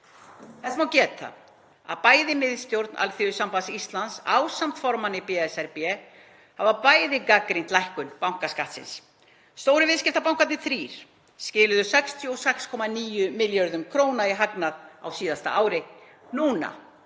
Þess má geta að bæði miðstjórn Alþýðusambands Íslands ásamt formanni BSRB hafa gagnrýnt lækkun bankaskattsins. Stóru viðskiptabankarnir þrír skiluðu 66,9 milljörðum kr. í hagnað á síðasta ári. Núna